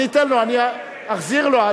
אני אחזיר לו.